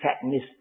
fatness